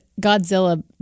Godzilla